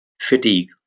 fatigue